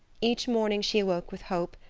each morning she awoke with hope,